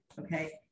okay